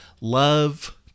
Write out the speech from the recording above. love